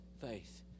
faith